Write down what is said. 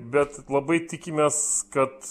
bet labai tikimės kad